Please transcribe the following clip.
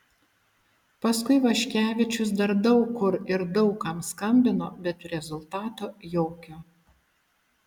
paskui vaškevičius dar daug kur ir daug kam skambino bet rezultato jokio